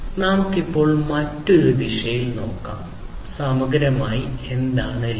നമുക്ക് ഇപ്പോൾ മറ്റൊരു ദിശയിൽ നിന്ന് നോക്കാം സമഗ്രമായി എന്താണ് ലീൻ